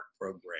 program